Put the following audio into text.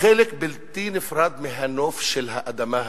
חלק בלתי נפרד מהנוף של האדמה הזאת,